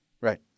Right